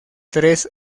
tres